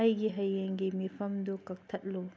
ꯑꯩꯒꯤ ꯍꯌꯦꯡꯒꯤ ꯃꯤꯐꯝꯗꯨ ꯀꯛꯊꯠꯂꯨ